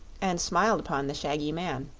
and smiled upon the shaggy man,